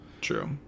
True